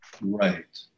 right